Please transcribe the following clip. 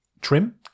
trim